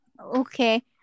Okay